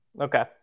Okay